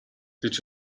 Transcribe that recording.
did